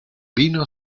vino